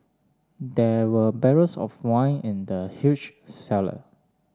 there were barrels of wine in the huge cellar